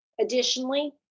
Additionally